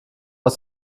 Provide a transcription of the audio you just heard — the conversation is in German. aus